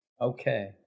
Okay